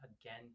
again